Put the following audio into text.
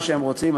מה שהם רוצים,